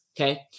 okay